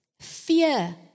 Fear